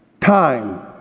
time